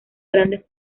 grandes